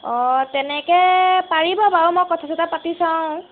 অঁ তেনেকৈ পাৰিব বাৰু মই কথা চথা পাতি চাওঁ